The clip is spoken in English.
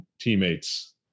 teammates